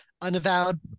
unavowed